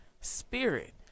spirit